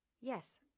Yes